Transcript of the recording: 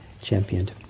championed